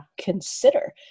consider